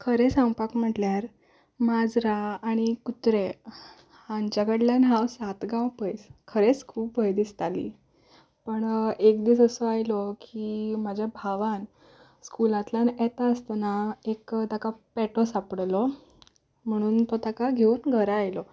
खरें सांगपाचें म्हणल्यार माजरां आनी कुत्रे हांचे कडल्यान हांव सात गांव पयस खरेंच खूब भंय दिसताली पूण एक दीस असो आयलो की म्हज्या भावान स्कुलांतल्यान येता आसतना एक ताका पेटो सांपडलो म्हणून तो ताका घेवन घरा आयलो